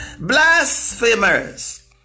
blasphemers